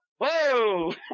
Whoa